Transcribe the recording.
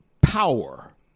power